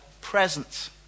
present